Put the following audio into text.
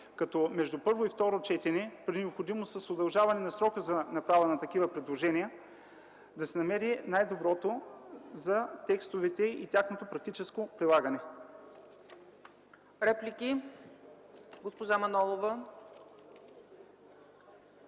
като между първо и второ четене, при необходимост – с удължаване на срока за направа на такива предложения, да се намери най-доброто за текстовете и тяхното практическо прилагане.